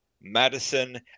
Madison